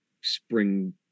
spring